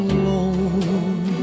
alone